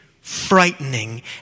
frightening